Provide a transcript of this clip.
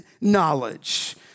knowledge